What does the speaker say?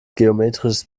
geometrisches